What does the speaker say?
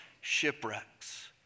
shipwrecks